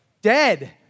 Dead